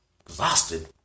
Exhausted